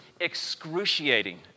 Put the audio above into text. excruciating